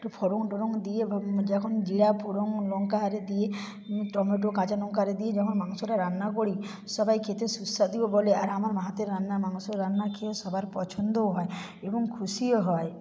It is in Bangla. একটু ফড়ং টড়ং দিয়ে যখন জিরা ফড়ং লঙ্কা আরে দিয়ে টমেটো কাঁচা লঙ্কা আরে দিয়ে যেমন মাংসটা রান্না করি সবাই খেতে সুস্বাদুও বলে আর আমার মা হাতের রান্নার মাংস রান্না খেয়ে সবার পছন্দও হয় এবং খুশিও হয়